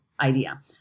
idea